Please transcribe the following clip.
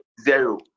zero